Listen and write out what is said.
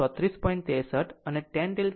63 અને tan delta delta 18